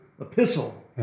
epistle